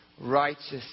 righteous